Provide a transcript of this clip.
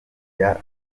yari